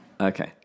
Okay